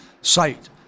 site